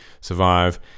survive